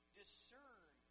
discern